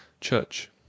CHURCH